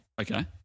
Okay